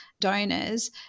donors